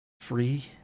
Free